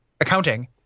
accounting